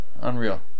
Unreal